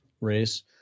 race